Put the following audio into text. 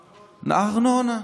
הארנונה.